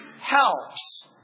helps